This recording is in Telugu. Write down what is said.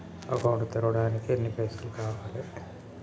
అకౌంట్ తెరవడానికి ఎన్ని పైసల్ కావాలే?